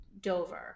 Dover